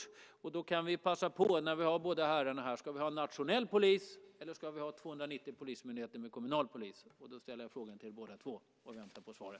Då kan jag passa på att ställa frågan, när vi nu har båda herrarna här: Ska vi ha en nationell polis, eller ska vi ha 290 polismyndigheter med kommunal polis? Jag ställer frågan till er båda två och väntar på svaret.